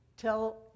Tell